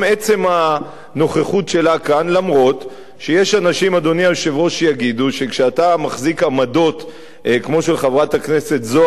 השר מבקש להקדיש את דבריו קודם כול להצעת האי-אמון של סיעות חד"ש,